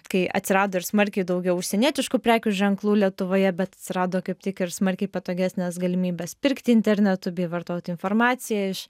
kai atsirado ir smarkiai daugiau užsienietiškų prekių ženklų lietuvoje bet atsirado kaip tik ir smarkiai patogesnės galimybės pirkti internetu bei vartoti informaciją iš